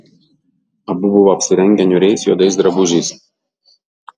abu buvo apsirengę niūriais juodais drabužiais